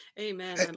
Amen